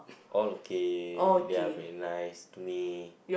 all okay they're very nice to me